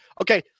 Okay